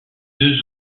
deux